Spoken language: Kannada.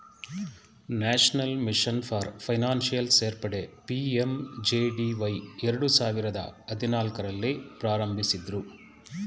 ನ್ಯಾಷನಲ್ ಮಿಷನ್ ಫಾರ್ ಫೈನಾನ್ಷಿಯಲ್ ಸೇರ್ಪಡೆ ಪಿ.ಎಂ.ಜೆ.ಡಿ.ವೈ ಎರಡು ಸಾವಿರದ ಹದಿನಾಲ್ಕು ರಲ್ಲಿ ಪ್ರಾರಂಭಿಸಿದ್ದ್ರು